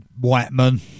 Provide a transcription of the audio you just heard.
Whiteman